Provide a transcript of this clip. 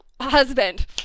husband